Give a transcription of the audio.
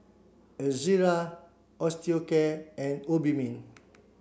Ezerra Osteocare and Obimin